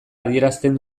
adierazten